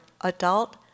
adult